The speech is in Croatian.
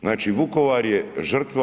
Znači Vukovar je žrtva.